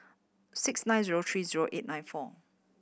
six nine zero three zero eight nine four